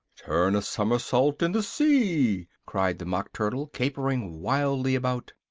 turn a somersault in the sea! cried the mock turtle, capering wildly about.